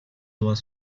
doit